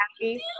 happy